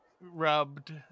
rubbed